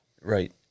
Right